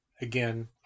again